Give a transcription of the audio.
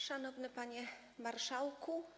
Szanowny Panie Marszałku!